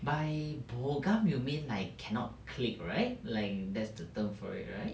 by bo gam you mean like cannot click right like that's the term for it right